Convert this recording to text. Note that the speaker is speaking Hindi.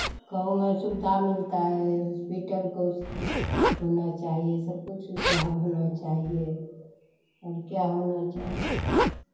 गाँव में सुविधा मिलता है हॉस्पिटल को होना चाहिए सब कुछ लाभ होना चाहिए और क्या होना चाहिए